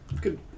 good